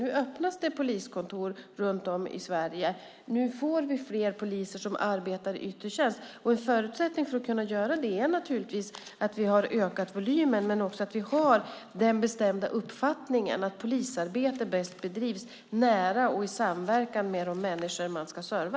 Nu öppnas det poliskontor runt om i Sverige. Nu får vi fler poliser som arbetar i yttre tjänst. En förutsättning för att kunna göra det är naturligtvis att vi har ökat volymen, men också att vi har den bestämda uppfattningen att polisarbete bäst bedrivs nära och i samverkan med de människor man ska serva.